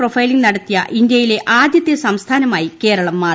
profiling നടത്തിയ ഇന്ത്യയിലെ ആദ്യത്തെ സംസ്ഥാനമായി കേരളം മാറി